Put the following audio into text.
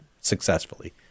successfully